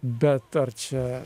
bet ar čia